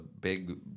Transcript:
big